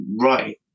right